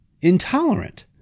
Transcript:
intolerant